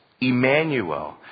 Emmanuel